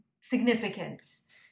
significance